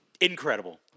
Incredible